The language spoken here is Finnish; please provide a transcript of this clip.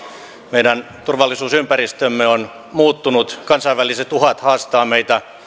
meidän turvallisuusympäristömme on muuttunut kansainväliset uhat haastavat meitä